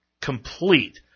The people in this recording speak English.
complete